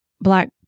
black